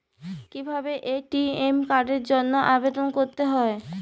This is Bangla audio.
কিভাবে এ.টি.এম কার্ডের জন্য আবেদন করতে হয়?